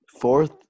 Fourth